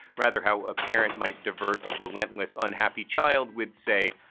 rather how a parent might divert a relentless unhappy child would, say,